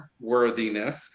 worthiness